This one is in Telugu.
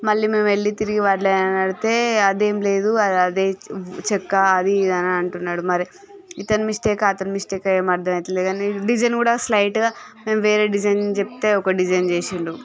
మళ్ళీ మేము వెళ్ళి తిరిగి వాళ్ళని అడిగితే అది ఎమీ లేదు అదే చెక్క అది ఇది అని అంటూన్నాడు మరి ఇతని మిస్టేకా అతని మిస్టేకా ఎమీ అర్థమైతలేదు డిజైన్ కూడా స్లైట్గా వేరే డిజైన్ చెప్తే ఒక డిజైన్ చేసిండు ఉచ్